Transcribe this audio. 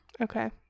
Okay